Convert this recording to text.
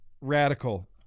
Radical